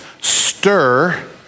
stir